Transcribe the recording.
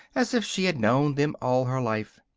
as if she had known them all her life.